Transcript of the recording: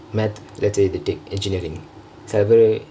math let's say you take engkineeringk சில மேரு:sila peru